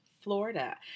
Florida